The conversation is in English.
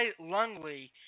lungley